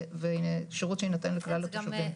ושירות שיינתן לכלל התושבים.